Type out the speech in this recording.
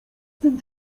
tym